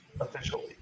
officially